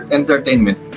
entertainment